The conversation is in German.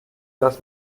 lass